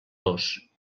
dos